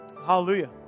Hallelujah